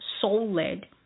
soul-led